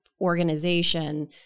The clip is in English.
organization